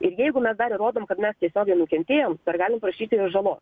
ir jeigu mes dar įrodom kad mes tiesiogiai nukentėjom dar galim prašyti ir žalos